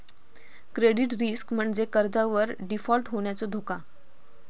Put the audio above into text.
credit risk म्हणजे कर्जावर default होण्याचो धोका